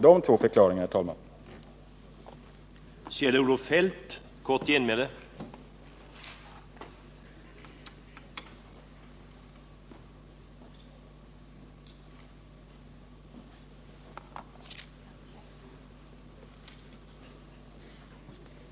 Det är förklaringarna till budgetunderskottet, herr talman.